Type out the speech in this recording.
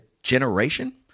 Generation